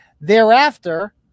Thereafter